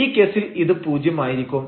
ഈ കേസിൽ ഇത് പൂജ്യം ആയിരിക്കും